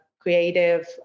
creative